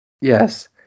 yes